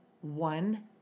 One